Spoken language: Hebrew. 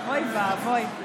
אוי ואבוי.